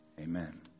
Amen